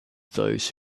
those